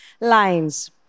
lines